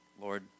Lord